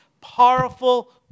powerful